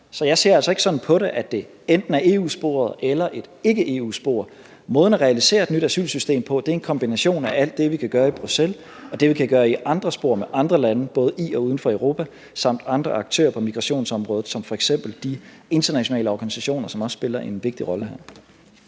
Så jeg ser altså ikke sådan på det, at det enten er EU-sporet eller et ikke-EU-spor. Måden at realisere et nyt asylsystem på er en kombination af alt det, vi kan gøre i Bruxelles, og det, vi kan gøre i andre spor med andre lande, både i og uden for Europa, samt med andre aktører på migrationsområdet som f.eks. de internationale organisationer, som også spiller en vigtig rolle her.